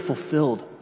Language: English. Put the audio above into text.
fulfilled